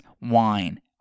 wine